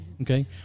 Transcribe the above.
Okay